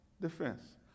defense